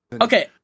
Okay